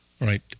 Right